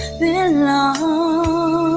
belong